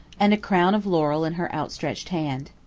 and a crown of laurel in her outstretched hand.